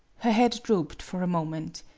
her head drooped for a moment.